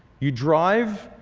you drive.